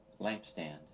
lampstand